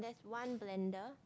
one blender